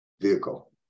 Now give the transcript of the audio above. vehicle